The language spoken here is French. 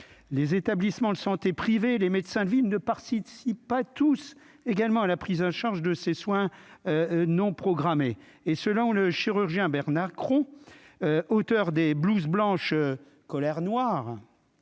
les établissements de santé privés, les médecins de ville ne participe à tous également à la prise en charge de ces soins non programmés et là où le chirurgien Bernard Cros, auteur des blouses blanches colère noire